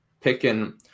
picking